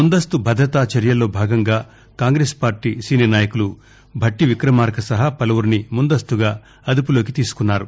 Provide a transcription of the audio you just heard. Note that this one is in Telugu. ముందస్తూ భద్రతా చర్యల్లో భాగంగా కాంగ్రెస్ పార్టీ సీనియర్ నాయకులు భట్టి విక్రమార్క సహా పలువురిని ముందస్తూ అదుపులోకి తీసుకున్నారు